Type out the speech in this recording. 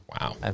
wow